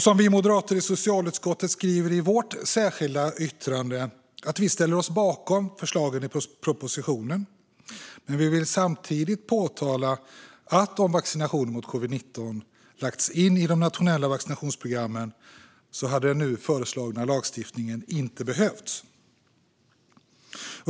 Som vi moderater i socialutskottet skriver i vårt särskilda yttrande ställer vi oss bakom förslagen i propositionen men vill samtidigt påpeka att om vaccinationer mot covid-19 lagts in i de nationella vaccinationsprogrammen hade den nu föreslagna lagändringen inte behövts.